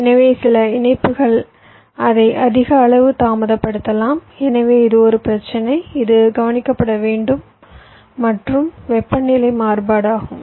எனவே சில இணைப்புகள் அதை அதிக அளவு தாமதப்படுத்தலாம் எனவே இது ஒரு பிரச்சினை இது கவனிக்கப்பட வேண்டியது மற்றும் வெப்பநிலை மாறுபாடும் ஆகும்